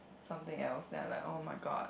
something else then I'm like [oh]-my-god